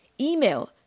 Email